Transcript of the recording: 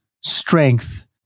strength